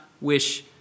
wish